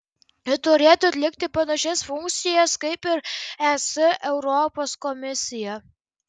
ji turėtų atlikti panašias funkcijas kaip ir es europos komisija